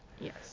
yes